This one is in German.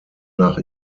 nach